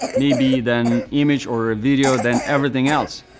maybe then image or video, then everything else.